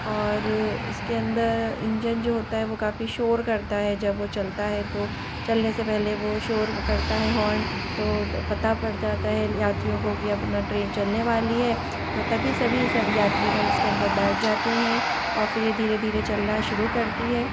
और इसके अंदर इंजन जो होता है वो काफ़ी शोर करता है जब वो चलता है तो चलने से पहले वो शोर करता है हॉर्न तो पता पड़ जाता है यात्रियों को कि अब है ना ट्रेन चलने वाली है तो तभी सभी यात्रीगण इसके अंदर बैठ जाते हैं और फिर ये धीरे धीरे चलना शुरू करती है